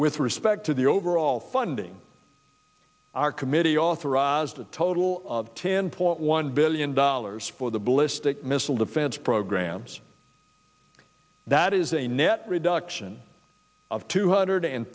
with respect to the overall funding our committee authorized a total of ten point one billion dollars for the ballistic missile defense programs that is a net reduction of two hundred and